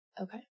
Okay